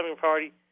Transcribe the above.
Party